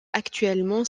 actuellement